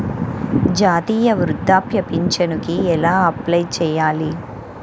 జాతీయ వృద్ధాప్య పింఛనుకి ఎలా అప్లై చేయాలి?